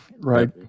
right